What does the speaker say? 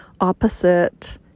opposite